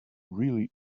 really